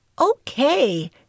Okay